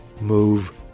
move